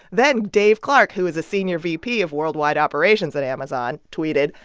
then dave clark, who is a senior vp of worldwide operations at amazon, tweeted,